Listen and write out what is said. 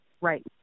Right